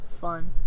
Fun